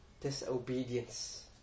disobedience